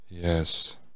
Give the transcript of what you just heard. Yes